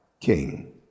king